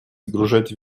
сгружать